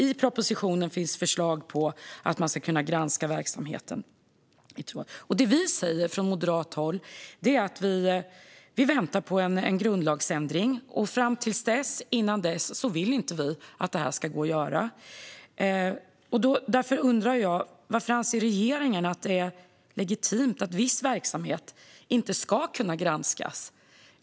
I propositionen finns förslag på att man ska kunna granska verksamheten i tråd, men det vi säger från moderat håll är att vi väntar på en grundlagsändring. Innan dess vill inte vi att det här ska gå att göra. Utifrån att vi alla pratar om en oberoende public service undrar jag varför regeringen anser att det är legitimt att viss verksamhet inte ska kunna granskas.